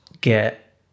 get